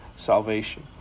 Salvation